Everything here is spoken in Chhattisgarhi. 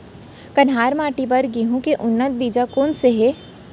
कन्हार माटी बर गेहूँ के उन्नत बीजा कोन से हे?